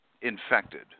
infected